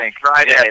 friday